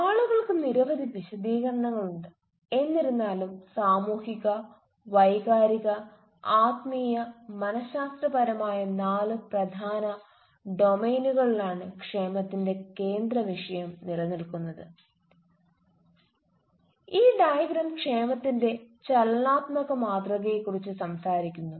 ആളുകൾക്ക് നിരവധി വിശദീകരണങ്ങളുണ്ട് എന്നിരുന്നാലും സാമൂഹിക വൈകാരിക ആത്മീയ മന ശാസ്ത്രപരമായ നാല് പ്രധാന ഡൊമെയ്നുകളിലാണ് ക്ഷേമത്തിന്റെ കേന്ദ്രവിഷയം നിലനിൽക്കുന്നത് സ്ലൈഡ് സമയം 1713 കാണുക ഈ ഡയഗ്രം ക്ഷേമത്തിന്റെ ചലനാത്മക മാതൃകയെക്കുറിച്ച് സംസാരിക്കുന്നു